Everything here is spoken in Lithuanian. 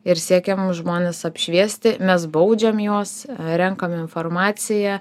ir siekiam žmones apšviesti mes baudžiam juos renkam informaciją